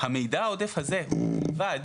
המידע העודף הזה בלבד